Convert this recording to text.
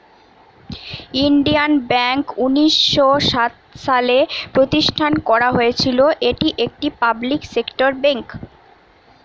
Indian bank উনিশ শ সাত সালে প্রতিষ্ঠান করা হয়েছিল, এটি একটি পাবলিক সেক্টর বেঙ্ক